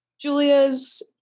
Julia's